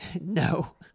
No